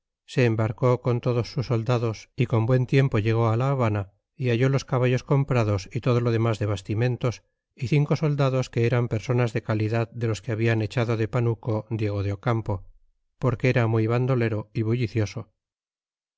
se embarcó con todos sus soldados y con buen tiempo llegó la liaban a y halló los caballos comprados y todo lo demas de bastimentos y cinco soldados que eran personas de calidad de los que habia echado de panuco diego de ocampo porque era muy vandolero y bullicioso